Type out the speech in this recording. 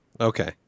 Okay